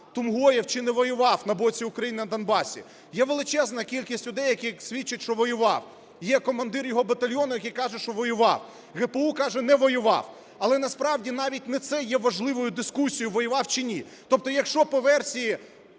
Тумгоєв чи не воював на боці України на Донбасі. Є величезна кількість людей, які свідчать, що воював, є командир його батальйону, який каже, що воював. ГПУ каже, не воював. Але насправді не це є важливою дискусією, воював чи ні. Тобто якщо по версії